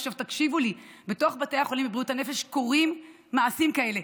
עכשיו תקשיבו לי: בתוך בתי החולים בבריאות הנפש קורים מעשים כאלה,